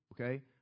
Okay